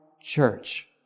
church